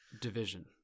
division